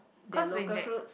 their local fruits